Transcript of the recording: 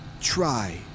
Try